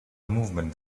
movement